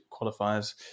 qualifiers